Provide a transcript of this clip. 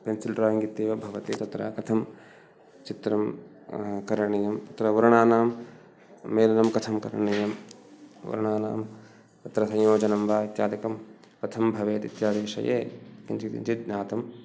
pencil drawing इत्येव भवति तत्र कथं चित्रं करणीयं तत्र वर्णानां मेलनं कथं करणीयं वर्णानां तत्र संयोजनं वा इत्यादिकं कथं भवेत् इत्यादिविषये किञ्चित् किञ्चित् ज्ञातं